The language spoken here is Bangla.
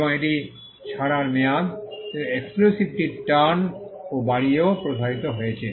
এবং এটি ছাড়ার মেয়াদ এবং এক্সক্লুসিভিটির টার্ম ও বাড়িয়েও প্রসারিত হয়েছে